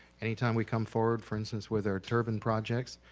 anytime we come forward for instance with our turbine projects,